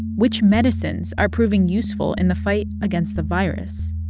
which medicines are proving useful in the fight against the virus?